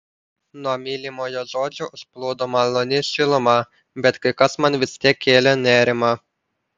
nuo mylimojo žodžių užplūdo maloni šiluma bet kai kas man vis tiek kėlė nerimą